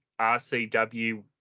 RCW